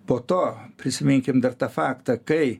po to prisiminkim dar tą faktą kai